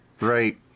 right